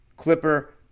Clipper